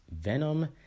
Venom